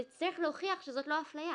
צריך להוכיח שזאת לא הפלייה"